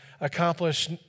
accomplish